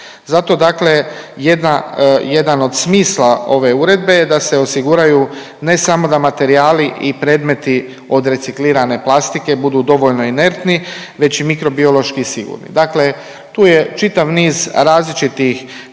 Zato dakle jedna, jedan od smisla ove uredbe je da se osiguraju ne samo da materijali i predmeti od reciklirane plastike budu dovoljno inertni već i mikrobiološki sigurni. Dakle, tu je čitav niz različitih